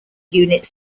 units